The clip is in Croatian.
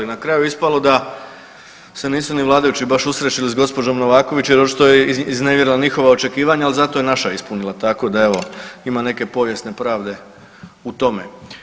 Na kraju ispalo da se nisu ni vladajući baš usrećili s gospođom Novaković, jer očito je iznevjerila njihova očekivanja, ali zato je naša ispunila, tako da evo ima neke povijesne pravde u tome.